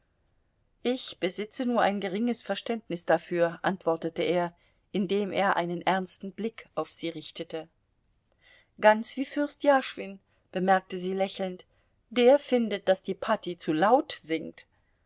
ich besitze nur ein geringes verständnis dafür antwortete er indem er einen ernsten blick auf sie richtete ganz wie fürst jaschwin bemerkte sie lächelnd der findet daß die patti zu laut singt